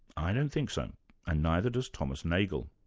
i don't think so and neither does thomas nagel.